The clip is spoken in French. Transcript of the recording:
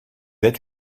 êtes